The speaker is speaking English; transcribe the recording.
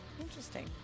interesting